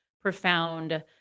profound